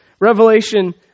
Revelation